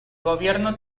gobierno